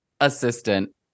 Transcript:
assistant